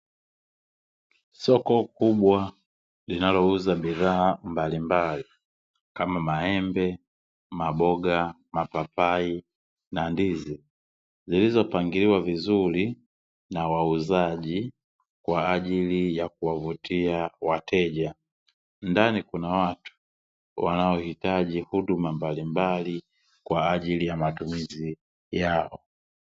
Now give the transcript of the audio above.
Soko kubwa linalouza bidhaa mbalimbali, kama; maembe, maboga, mapapai na ndizi, zilizopangiliwa vizuri na wauzaji kwa ajili ya kuwavutia wateja. Ndani kuna watu wanaohitaji huduma mbalimbali kwa ajili ya matumizi yao.